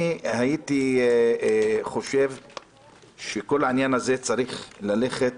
הייתי חושב שכל העניין הזה צריך ללכת